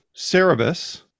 cerebus